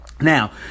Now